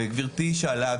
וגבירתי שאלה,